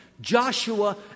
Joshua